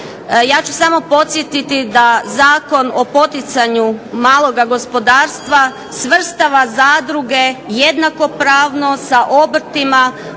Ja ću samo podsjetiti da Zakon o poticanju maloga gospodarstva svrstava zadruge jednakopravno sa obrtima,